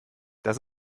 das